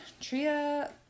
Tria